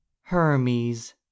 hermes